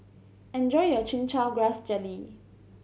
enjoy your Chin Chow Grass Jelly